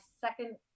second